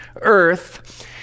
earth